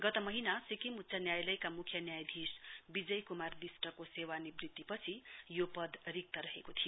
गत महीना सिक्किम उच्च न्यायालय मुख्य न्यायाधीश विजय कुमार विस्टको सेवा निवृत्ति पछि यो पद रित्त रहेको थियो